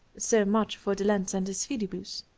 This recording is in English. so much for de lenz and his fidibus!